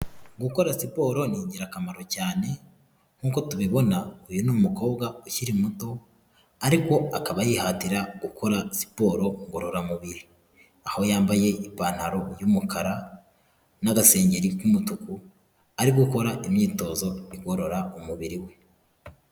Gukora siporo ni ingirakamaro cyane, nkuko tubibona uyu ni umukobwa ukiri muto ariko akaba yihatira gukora siporo ngororamubiri. Aho yambaye ipantaro y'umukara n'agasengengeri k'umutuku, ari gukora imyitozo igorora umubiri we.